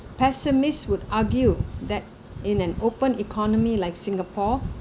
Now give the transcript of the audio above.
pessimists would argue that in an open economy like singapore